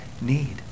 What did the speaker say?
need